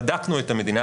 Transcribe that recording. בדקנו את המדינה,.